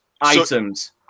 items